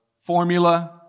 formula